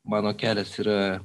mano kelias yra